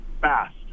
fast